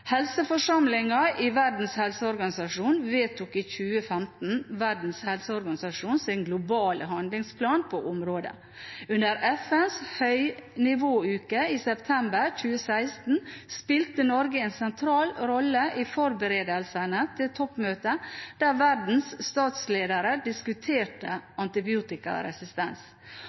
Helseforsamlingen i Verdens helseorganisasjon vedtok i 2015 Verdens helseorganisasjons globale handlingsplan på området. Under FNs høynivåuke i september 2016 spilte Norge en sentral rolle i forberedelsene til toppmøtet der verdens statsledere diskuterte antibiotikaresistens.